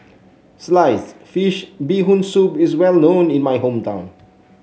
Sliced Fish Bee Hoon Soup is well known in my hometown